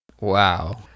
Wow